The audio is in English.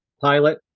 pilot